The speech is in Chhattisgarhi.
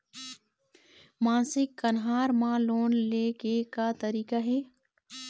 मासिक कन्हार म लोन ले के का तरीका हे?